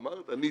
עניתי.